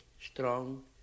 strong